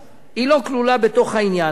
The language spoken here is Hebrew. היא לא כלולה בתוך העניין הזה,